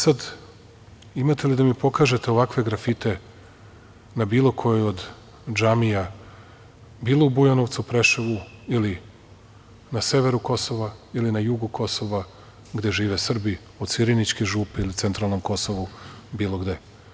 Sad, imate li da mi pokažete ovakve grafite na bilo kojoj od džamija bilo u Bujanovcu, Preševu ili na severu Kosova ili na jugu Kosova gde žive Srbi od Sirinićke župe ili centralnom Kosovu, bilo gde?